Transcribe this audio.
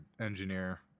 engineer